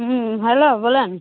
হুম hello বলেন